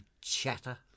chatter